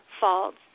faults